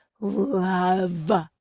love